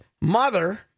mother